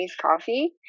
coffee